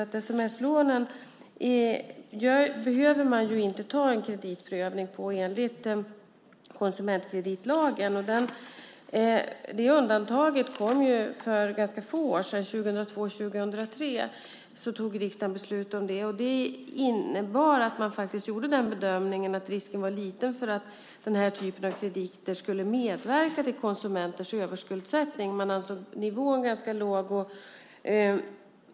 I sakfrågan behöver man inte göra en kreditprövning på sms-lånen enligt konsumentkreditlagen. Det undantaget kom för ganska få år sedan. Riksdagen fattade beslut om det 2002/03. Det innebar att man gjorde den bedömningen att risken var liten för att den här typen av krediter skulle medverka till konsumenters överskuldsättning. Man ansåg nivån ganska låg.